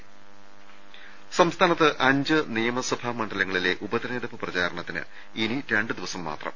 ്്്്്് സംസ്ഥാനത്ത് അഞ്ച് നിയമസഭാ മണ്ഡലങ്ങളിലെ ഉപതെരഞ്ഞെ ടുപ്പ് പ്രചാരണത്തിന് ഇനി രണ്ടു ദിവസം മാത്രം